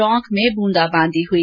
टोंक में ब्रंदाबांदी हुई